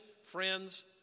friends